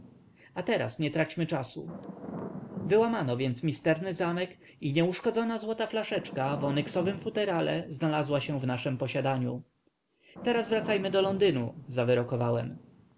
a teraz nie traćmy czasu wyłamano więc misterny zamek i nieuszkodzona złota flaszeczka w onyksowym futerale znalazła się w naszem posiadaniu teraz wracajmy do londynu zawyrokowałem